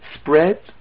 spread